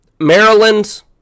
Maryland